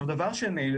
דבר שני,